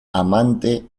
amante